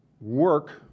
Work